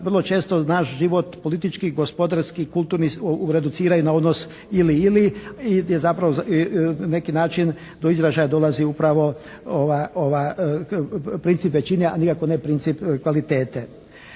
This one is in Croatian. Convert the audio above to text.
vrlo često naš život politički, gospodarski, kulturni reduciraju na odnos ili, ili je zapravo neki način do izražaja dolazi upravo ova princip većine, a nikako ne princip kvalitete.